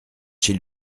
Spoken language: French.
chez